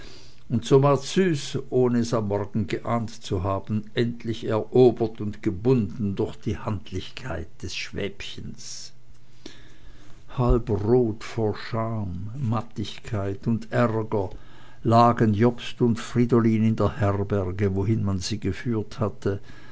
und so war züs ohne es am morgen geahnt zu haben endlich erobert und gebunden durch die handlichkeit des schwäbchens halb tot vor scham mattigkeit und ärger lagen jobst und fridolin in der herberge wohin man sie geführt hatte